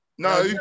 No